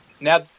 now